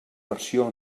versió